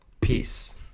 peace